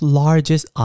largest